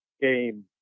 game